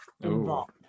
involved